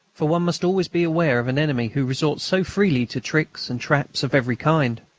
for one must always beware of an enemy who resorts so freely to tricks and traps of every kind.